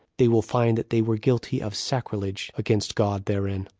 they will find that they were guilty of sacrilege against god therein.